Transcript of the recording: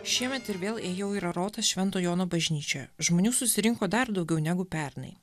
šiemet ir vėl ėjau į rarotas švento jono bažnyčio žmonių susirinko dar daugiau negu pernai